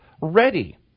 ready